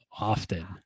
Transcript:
often